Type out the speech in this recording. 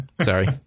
Sorry